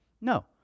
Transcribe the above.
No